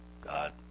God